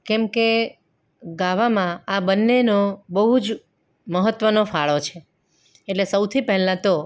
કેમકે ગાવામાં આ બંનેનો બહુ જ મહત્ત્વનો ફાળો છે એટલે સૌથી પહેલાં તો